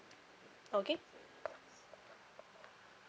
okay